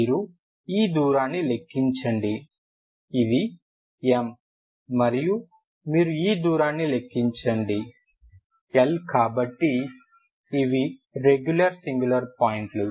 మీరు ఈ దూరాన్ని లెక్కించండి ఇది M మరియు మీరు ఈ దూరాన్ని లెక్కించండి L కాబట్టి ఇవి రెగ్యులర్ సింగులర్ పాయింట్ లు